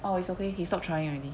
oh it's okay he stop trying already